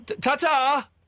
Ta-ta